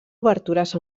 obertures